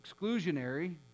exclusionary